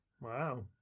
Wow